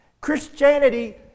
Christianity